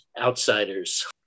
outsiders